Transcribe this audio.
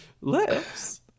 lips